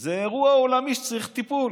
זה אירוע עולמי שצריך טיפול